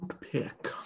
pick